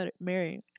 married